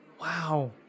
wow